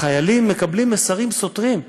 החיילים מקבלים מסרים סותרים.